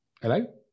hello